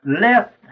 left